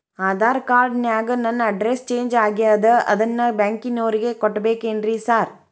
Aadhaar card ನ್ಯಾಗ ನನ್ address change ಆಗ್ಯಾದ ಅದನ್ನ ಬ್ಯಾಂಕಿನೊರಿಗೆ ಕೊಡ್ಬೇಕೇನ್ರಿ ಸಾರ್?